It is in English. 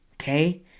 okay